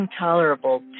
intolerable